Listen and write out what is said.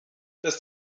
das